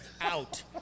out